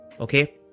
Okay